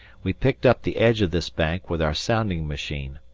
we picked up the edge of this bank with our sounding machine,